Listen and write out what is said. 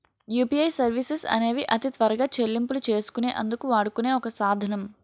UPI services అనేవి అతి త్వరగా చెల్లింపులు చేసుకునే అందుకు వాడుకునే ఒక సాధనం